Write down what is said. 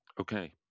Okay